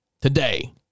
today